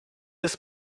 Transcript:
jest